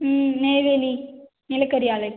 ம் நெய்வேலி நிலக்கரி ஆலை